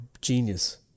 genius